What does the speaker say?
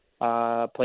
playing